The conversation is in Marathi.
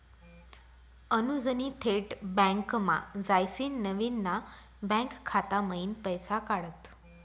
अनुजनी थेट बँकमा जायसीन नवीन ना बँक खाता मयीन पैसा काढात